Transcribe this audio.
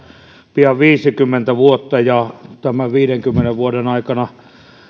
pian viisikymmentä vuotta ja tämän viidenkymmenen vuoden aikana